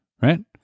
right